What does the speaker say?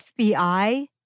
FBI